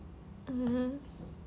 mmhmm